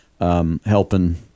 Helping